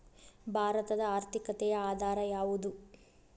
ಭಾರತದ ಆರ್ಥಿಕತೆಯ ಆಧಾರ ಯಾವುದು?